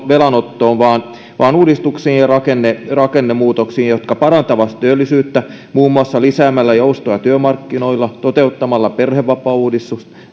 velanottoon vaan vaan uudistuksiin ja rakennemuutoksiin jotka parantavat työllisyyttä muun muassa lisäämällä joustoa työmarkkinoilla toteuttamalla perhevapaauudistus